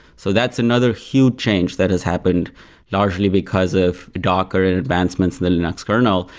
so that's another huge change that has happened largely because of docker and advancements in the linux kernel.